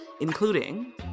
including